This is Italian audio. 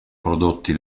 prodotti